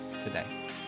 today